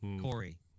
Corey